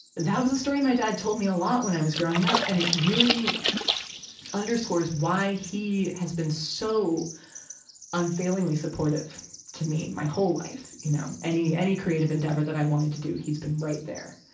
that was a story my dad told me a lot when i was growing up. and it really underscores why he has been so unfailingly supportive to me my whole life, you know? any, and creative endeavor that i wanted to do, he's been right there.